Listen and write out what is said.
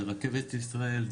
זה רכבת ישראל,